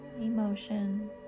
emotion